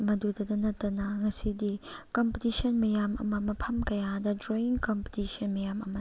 ꯃꯗꯨꯗꯇ ꯅꯠꯇꯅ ꯉꯁꯤꯗꯤ ꯀꯝꯄꯤꯇꯤꯁꯟ ꯃꯌꯥꯝ ꯑꯃ ꯃꯐꯝ ꯀꯌꯥꯗ ꯗ꯭ꯔꯣꯋꯤꯡ ꯀꯝꯄꯤꯇꯤꯁꯟ ꯃꯌꯥꯝ ꯑꯃ